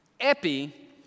Epi